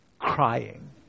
Crying